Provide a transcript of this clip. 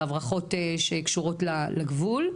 בהברחות שקשורות לגבול?